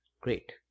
great